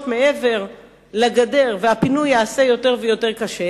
מעבר לגדר והפינוי ייעשה יותר ויותר קשה,